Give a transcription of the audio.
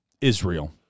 Israel